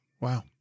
Wow